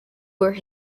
where